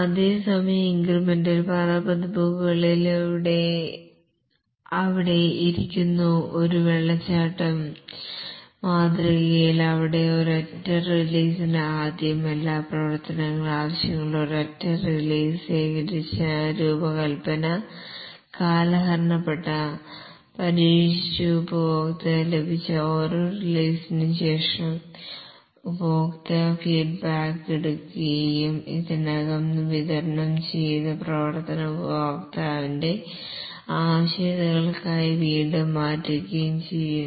അതേസമയം ഇൻക്രിമെൻറൽ പല പതിപ്പുകളിൽ അവിടെ ഇരിക്കുന്നു ഒരു വാട്ടർഫാൾ മോഡൽ അവിടെ ഒരൊറ്റ റിലീസിന് ആദ്യം എല്ലാ പ്രവർത്തനവും ആവശ്യങ്ങൾ ഒരൊറ്റ റിലീസ് ശേഖരിച്ച രൂപകൽപ്പന കാലഹരണപ്പെട്ട പരീക്ഷിച്ചു ഉപഭോക്തൃ ലഭിച്ച ഓരോ റിലീസിനും ശേഷം ഉപഭോക്തൃ ഫീഡ്ബാക്ക് എടുക്കുകയും ഇതിനകം വിതരണം ചെയ്ത പ്രവർത്തനം ഉപഭോക്താവിന്റെ ആവശ്യകതകൾക്കായി വീണ്ടും മാറ്റുകയും ചെയ്യുന്നു